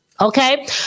Okay